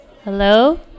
hello